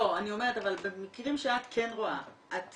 אבל במקרים שאת כן רואה, את